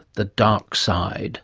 the dark side